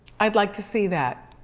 i'd like to see that.